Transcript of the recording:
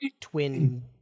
twin